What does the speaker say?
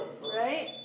right